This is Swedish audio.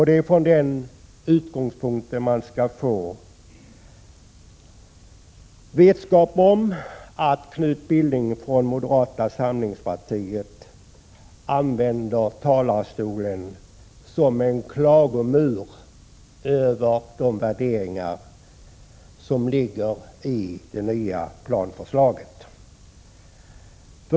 Det är från den utgångspunkten man får se det när Knut Billing från moderata samlingspartiet använder talarstolen som en klagomur när det gäller de värderingar som ligger i det nya planförslaget.